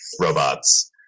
robots